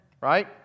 right